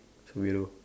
he is a weirdo